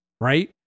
right